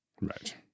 Right